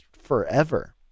forever